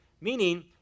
meaning